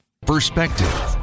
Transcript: Perspective